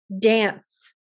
Dance